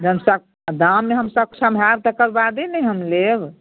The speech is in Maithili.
हमस दाममे हम सक्षम होएब तकर बादे ने हम लेब